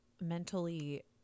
mentally